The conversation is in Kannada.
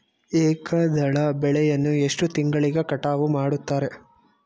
ಏಕದಳ ಬೆಳೆಯನ್ನು ಎಷ್ಟು ತಿಂಗಳಿಗೆ ಕಟಾವು ಮಾಡುತ್ತಾರೆ?